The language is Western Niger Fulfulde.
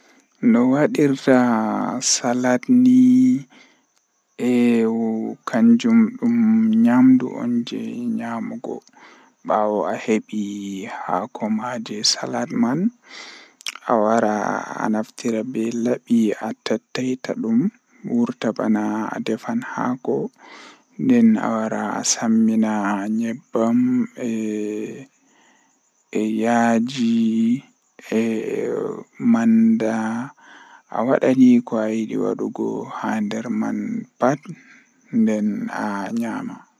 Eey, Konngol aduna waɗataa ɗabbiraaɗe sooytaa so a semmbude, A foti njaaɓnirde waɗi, ɗi yamiraade ɗi, Ɗi leeɓde, Ɗi huutoraade e ɗi naatude maa ɗi famɗe dow, Ko nde njogita semmbugol maa, Ko waɗi nde a fami waɗude caɗeele, Nder laamu e njogorde, Ɗuum woodani ko waɗata e waɗal maa ko a soowoo majji e sooyte nde.